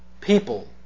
people